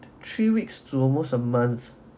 three weeks to almost a month